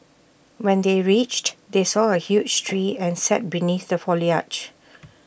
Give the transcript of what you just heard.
when they reached they saw A huge tree and sat beneath the foliage